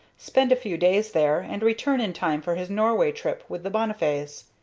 spend a few days there, and return in time for his norway trip with the bonnifays.